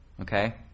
Okay